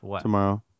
tomorrow